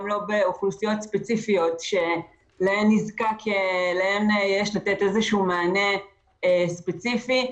לא באוכלוסיות ספציפיות שלהן יש לתת איזה מענה ספציפי.